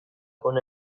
hona